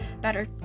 better